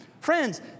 friends